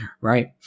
right